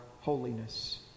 holiness